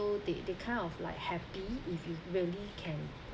so they they kind of like happy if you really can